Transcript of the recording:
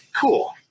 cool